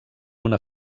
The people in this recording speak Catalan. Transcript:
una